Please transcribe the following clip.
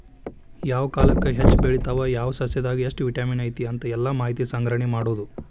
ಯಾವ ಕಾಲಕ್ಕ ಹೆಚ್ಚ ಬೆಳಿತಾವ ಯಾವ ಸಸ್ಯದಾಗ ಎಷ್ಟ ವಿಟಮಿನ್ ಐತಿ ಅಂತ ಎಲ್ಲಾ ಮಾಹಿತಿ ಸಂಗ್ರಹಣೆ ಮಾಡುದು